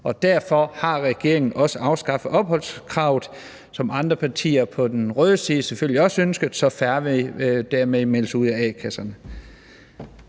Derfor har regeringen også afskaffet opholdskravet, hvilket andre partier på den røde side selvfølgelig også ønskede, så færre dermed vil melde sig ud af a-kasserne.